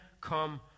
come